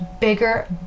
bigger